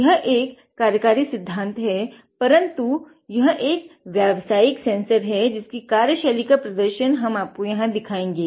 यह एक कार्यकारी सिद्धांत है परन्तु यह व्यावसायिक सेंसर है जिसके कार्यशैली का प्रदर्शन हम आपको यहाँ दिखायेंगे